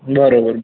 બરોબર